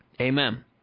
Amen